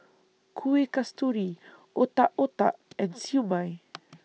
Kueh Kasturi Otak Otak and Siew Mai